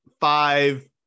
five